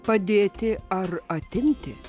padėti ar atimti